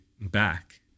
back